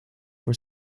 for